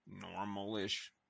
normal-ish